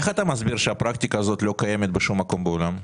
איך אתה מסביר שהפרקטיקה הזאת לא קיימת בשום מקום בעולם?